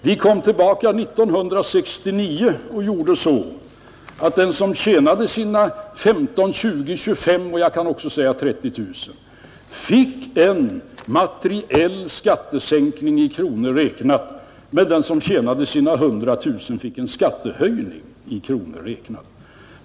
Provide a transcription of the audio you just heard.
Vi kom tillbaka 1969 och genomförde då att den som tjänade 15 000, 20 000, 25 000 och jag kan också säga 30 000 kronor fick en materiell skattesänkning i kronor räknat, medan den som tjänade 100 000 kronor fick skattehöjning i kronor räknat.